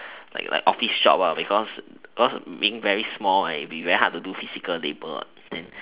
like like office job because because being very small and it'll be very difficult to do physical labour and then